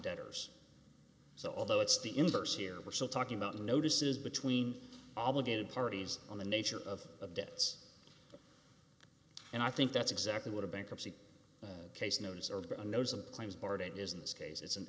debtors so although it's the inverse here we're still talking about notices between obligated parties on the nature of debts and i think that's exactly what a bankruptcy